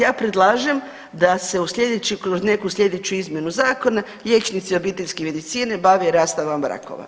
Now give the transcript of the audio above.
Ja predlažem da se u sljedećim, kroz neku sljedeću izmjenu zakona liječnici obiteljske medicine bave i rastavama brakova.